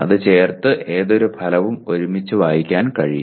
അത് ചേർത്ത് ഏതൊരു ഫലവും ഒരുമിച്ച് വായിക്കാൻ കഴിയും